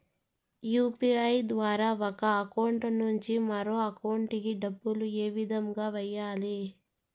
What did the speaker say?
UPI ద్వారా ఒక account నుంచి మరొక అకౌంట్ కి డబ్బులు ఏ విధంగా వెయ్యాలి